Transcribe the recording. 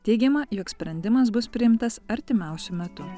teigiama jog sprendimas bus priimtas artimiausiu metu